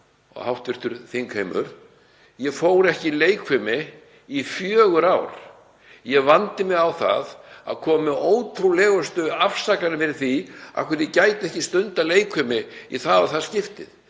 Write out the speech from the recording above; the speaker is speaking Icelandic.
og hv. þingheimur, að ég fór ekki leikfimi í fjögur ár. Ég vandi mig á það að koma með ótrúlegustu afsakanir fyrir því af hverju ég gæti ekki stundað leikfimi í það og það skiptið,